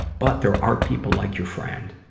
but there are people like your friend,